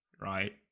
right